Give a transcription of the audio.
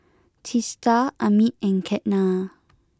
Teesta Amit and Ketna